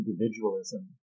individualism